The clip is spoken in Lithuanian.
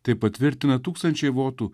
tai patvirtina tūkstančiai votų